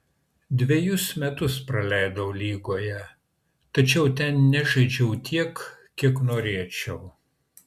dvejus metus praleidau lygoje tačiau ten nežaidžiau tiek kiek norėčiau